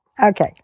Okay